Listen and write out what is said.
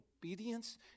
obedience